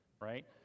right